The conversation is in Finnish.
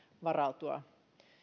varautua